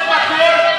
בבקשה.